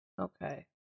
Okay